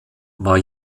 war